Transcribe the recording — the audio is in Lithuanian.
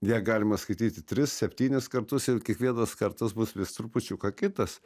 ją galima skaityti tris septynis kartus ir kiekvienas kartas bus vis trupučiuką kitas